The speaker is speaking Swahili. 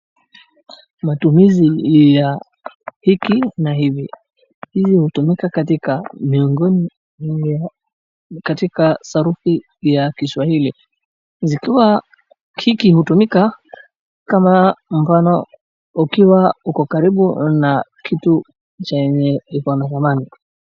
Matumizi ya hiki na hivi, hivi hutumika katika miongoni katika sarufi ya Kiswahili, zikiwa hiki hutumika kama mfano ikiwa uko karibu na kitu chenye iko na dhamani.